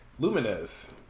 Lumines